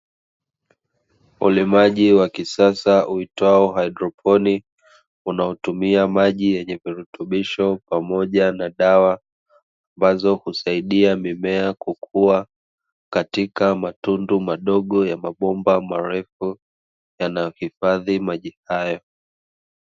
Ulimaji wa kisasa uitwao hydroponi unaotumia maji yenye virutubisho pamoja na dawa ambazo husaidia mimea kukua, katika matundu madogo ya mabomba marefu yanayohifadhi maji hayo.